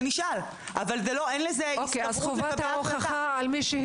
אבל אין לזה הסתברות לגבי ההחלטה.